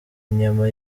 inyama